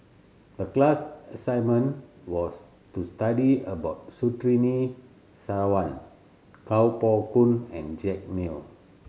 the class assignment was to study about Surtini Sarwan Kuo Pao Kun and Jack Neo